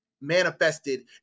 manifested